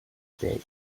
day